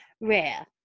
Rare